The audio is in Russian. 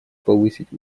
повысить